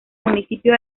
municipio